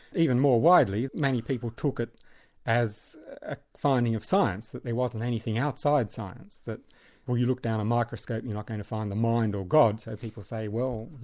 even more widely, many people took it as a finding of science that there wasn't anything outside science, that when you look down a microscope you're not going to find the mind, or god, so people say, well,